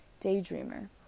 daydreamer